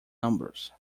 numbers